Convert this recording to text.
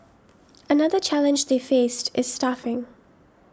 another challenge they faced is staffing